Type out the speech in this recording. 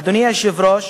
אדוני היושב-ראש,